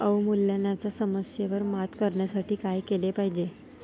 अवमूल्यनाच्या समस्येवर मात करण्यासाठी काय केले पाहिजे?